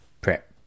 prep